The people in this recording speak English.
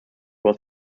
was